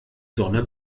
sonne